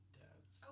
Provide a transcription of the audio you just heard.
dads